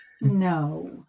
No